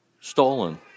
stolen